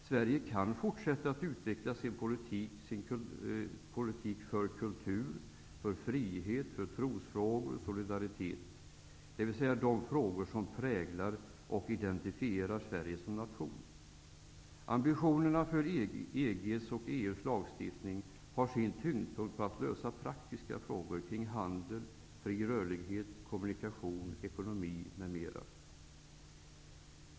Sverige kan fortsätta att utveckla sin politik för kultur, frihet, trosfrågor och solidaritet, dvs. de frågor som präglar och identifierar Sverige som nation. Ambitionerna för EG/EU:s lagstiftning har sin tyngdpunkt i att lösa praktiska frågor kring handel, fri rörlighet, kommunikationer, ekonomi m.m.